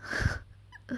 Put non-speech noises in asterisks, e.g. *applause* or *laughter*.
*laughs*